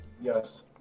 Yes